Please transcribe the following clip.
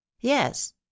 yes